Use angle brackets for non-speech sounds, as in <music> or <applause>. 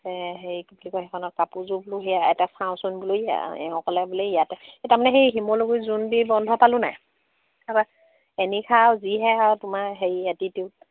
সেইখনত কাপোৰযোৰ বুলি <unintelligible> বন্ধ পালোঁ নাই তা <unintelligible> যিহে আৰু তোমাৰ হেৰি এটিটিউড